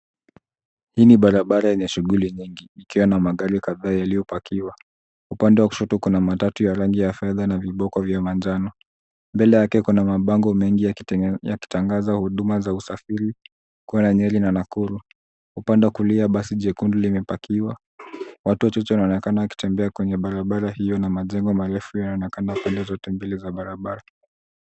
Hii ni barabara yenye shughuli nyingi ikiwa na magari kadhaa yaliyo pakiwa upande wa kushoto kuna matatu ya rangi ya fedha na viboko vya manjano mbele yake kuna mabango mengi yakitangaza huduma za usafiri kwenda Nyeri na Nakuru. Upande wa kulia basi jekundu limepakiwa watu wachahe wanaonekana wakitembea kwenye barabara hiyo na majengo marefu yanaonekana pande zote mbili za barabara.